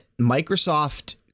Microsoft